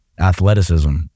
athleticism